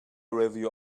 review